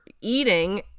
eating